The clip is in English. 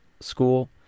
school